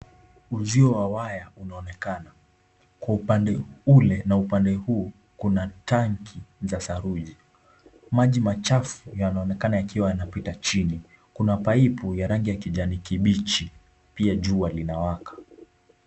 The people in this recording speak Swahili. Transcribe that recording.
Uzio wa waya unaonekana, upande huu na upande ule mwingine kuna tanki za saruji. Maji machafu yanaonekana yakiwa yanapita chini. Kuna paipu ya rangi ya kijani kibichi. Pia jua inawaka.